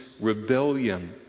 rebellion